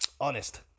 honest